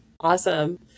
Awesome